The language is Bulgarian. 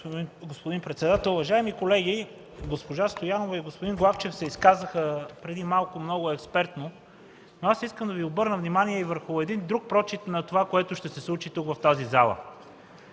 господин председател. Уважаеми колеги, госпожа Стоянова и господин Главчев се изказаха преди малко много експертно, но аз искам да Ви обърна внимание върху един друг прочит на онова, което ще се случи тук, в залата.